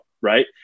right